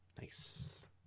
Nice